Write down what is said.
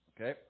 Okay